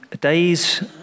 days